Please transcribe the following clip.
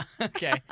Okay